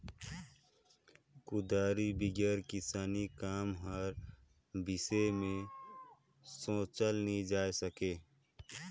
कुदारी बिगर किसानी काम कर बिसे मे सोचल नी जाए सके